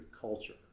culture